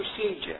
procedure